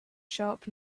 sharp